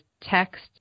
text